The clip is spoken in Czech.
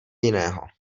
jiného